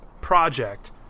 project